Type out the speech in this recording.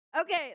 Okay